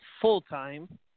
full-time